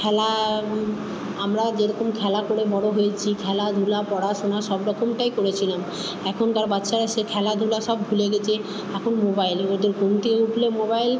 খেলা আমরা যেরকম খেলা করে বড় হয়েছি খেলাধুলা পড়াশোনা সব রকমটাই করেছিলাম এখনকার বাচ্চারা সে খেলাধুলা সব ভুলে গেছে এখন মোবাইল ঘুম থেকে উঠলে মোবাইল